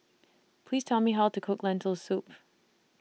Please Tell Me How to Cook Lentil Soup